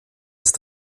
ist